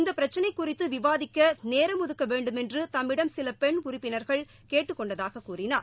இந்த பிரச்சினை குறித்து விவாதிக்க நேரம் ஒதுக்க வேண்டுமென்று தம்மிடம் சில பெண் உறுப்பினர்கள் கேட்டுக் கொண்டதாகக் கூறினார்